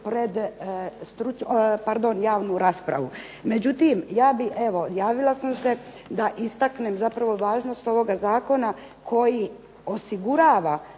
pardon javnu raspravu. Međutim, ja bih evo, javila sam se da istaknem zapravo važnost ovoga zakona koji osigurava